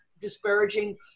disparaging